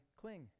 cling